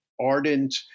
ardent